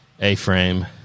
A-frame